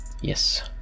yes